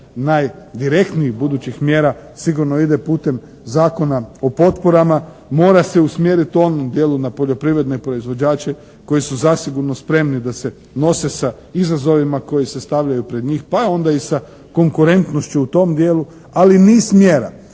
najdirektnijih budućih mjera sigurno ide putem Zakona o potporama. Mora se usmjeriti u onom dijelu na poljoprivredne proizvođače koji su zasigurno spremni da se nose sa izazovima koji se stavljaju pred njih, pa onda i sa konkurentnošću u tom dijelu. Ali niz mjera